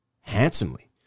handsomely